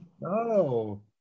no